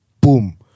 boom